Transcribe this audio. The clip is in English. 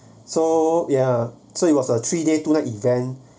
so ya so it was a three day two night event